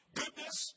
goodness